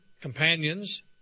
companions